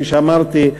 כפי שאמרתי,